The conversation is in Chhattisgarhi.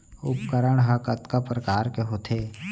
उपकरण हा कतका प्रकार के होथे?